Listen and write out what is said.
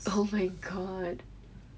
oh my god